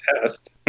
test